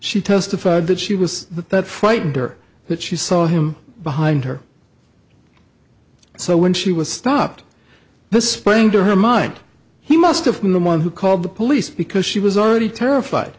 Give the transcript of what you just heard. she testified that she was that frightened or that she saw him behind her so when she was stopped this sprang to her mind he must have been the one who called the police because she was already terrified